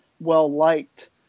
well-liked